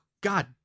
God